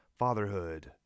Fatherhood